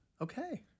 Okay